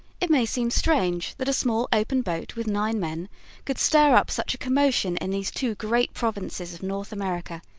it may seem strange that a small open boat with nine men could stir up such a commotion in these two great provinces of north america,